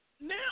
Now